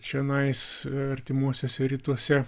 čionais artimuosiuose rytuose